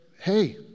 hey